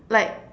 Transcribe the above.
like